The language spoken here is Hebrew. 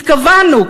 התכוונו.